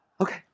okay